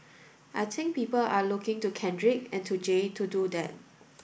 I think people are looking to Kendrick and to Jay to do that